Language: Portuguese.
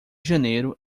janeiro